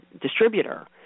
distributor